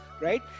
right